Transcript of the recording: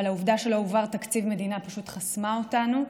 העובדה שלא הועבר תקציב מדינה פשוט חסמה אותנו.